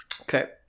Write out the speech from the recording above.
Okay